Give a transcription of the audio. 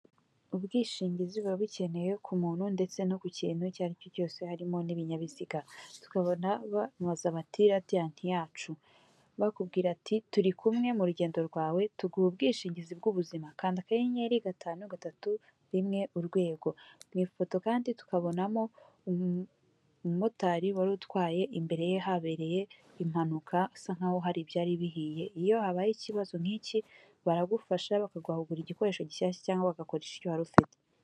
Ubwishingizi buba bukene ku muntu ndetse no ku kintu icyo ari cyo cyose harimo n'ibinyabiziga tukabona babaza bati radiant yacu, bakubwira ati ''turi kumwe mu rugendo rwawe tuguha ubwishingizi bw'ubuzima kandi akanyeri ,gatanu ,gatatu rimwe urwego'', mw'ifoto kandi tukabonamo umumotari wari utwaye imbere ye habereye impanuka asa nkaho aho hari byari bihiye, iyo habayeho ikibazo nk'iki baragufasha bakaguha igikoresho gishyashya cyangwa bagakoresha wari ufite.